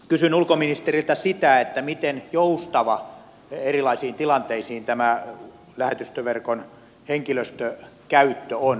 kysyn ulkoministeriltä sitä miten tämä lähetystöverkon henkilöstökäyttö joustaa erilaisissa tilanteissa